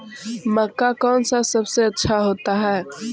मक्का कौन सा सबसे अच्छा होता है?